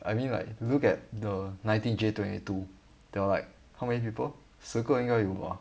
I mean like look at the nineteen J twenty two there are like how many people 十个应该有吧